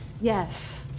Yes